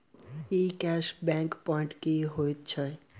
ई cash back point की होइत छैक?